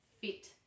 fit